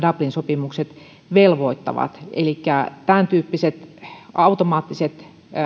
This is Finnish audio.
dublin sopimukset velvoittavat elikkä tämäntyyppiset automaattiset